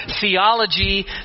theology